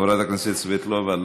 חברת הכנסת סבטלובה,